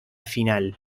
final